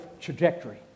trajectory